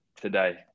today